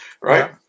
Right